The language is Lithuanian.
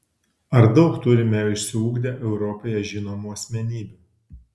ar daug turime išsiugdę europoje žinomų asmenybių